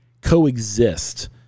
coexist